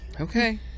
Okay